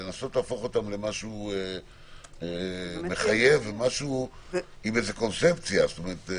ננסה להפוך אותם למשהו מחייב עם קונספציה כלשהי.